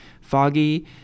Foggy